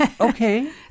Okay